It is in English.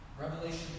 Revelation